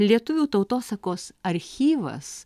lietuvių tautosakos archyvas